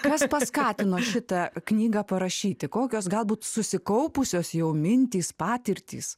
kas paskatino šitą knygą parašyti kokios galbūt susikaupusios jau mintys patirtys